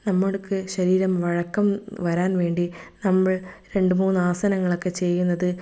നമ്മൾക്ക് ശരീരം വഴക്കം വരാൻ വേണ്ടി നമ്മൾ രണ്ട് മൂന്ന് ആസനങ്ങളൊക്കെ ചെയ്യുന്നത്